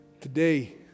today